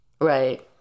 right